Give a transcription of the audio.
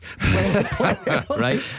Right